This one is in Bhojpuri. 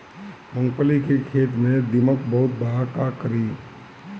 मूंगफली के खेत में दीमक बहुत बा का करी?